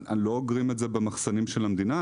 אנחנו לא אוגרים את זה במחסנים של המדינה,